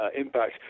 impact